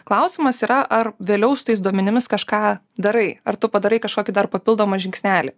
klausimas yra ar vėliau su tais duomenimis kažką darai ar tu padarai kažkokį dar papildomą žingsnelį